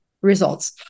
results